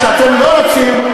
כשאתם לא רוצים,